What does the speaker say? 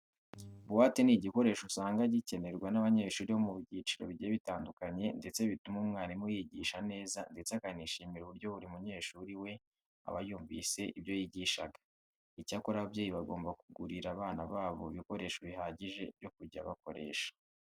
Buwate ni igikoresho usanga gikenerwa n'abanyeshuri bo mu byiciro bigiye bitandukanye ndetse bituma umwarimu yigisha neza ndetse akanishimira uburyo buri munyeshuri we aba yumvise ibyo yigishaga. Icyakora ababyeyi bagomba kugurira abana babo ibikoresho bihagije byo kujya bakoresha.